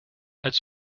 als